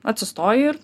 atsistoji ir